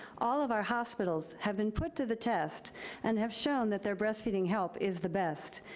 all of our hospitals have been put to the test and have shown that their breastfeeding help is the best.